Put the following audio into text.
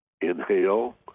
Inhale